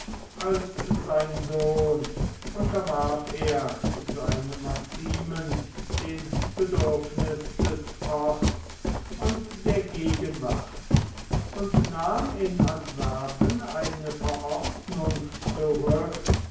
als sein sohn unterwarf er seine maximen dem bedürfniß des orts und der gegenwart und nahm in antwerpen eine verordnung zurücke